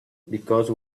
because